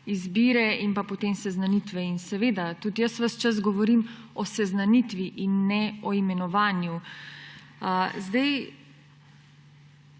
izbire in potem seznanitve. In seveda, tudi jaz ves čas govorim o seznanitvi in ne imenovanju. Kar